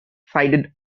sided